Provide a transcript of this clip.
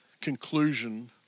conclusion